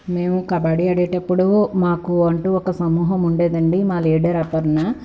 మేము కబడ్డీ ఆడేటప్పుడు మాకు అంటూ ఒక సమూహం ఉండేదండి మా లీడర్ అపర్ణ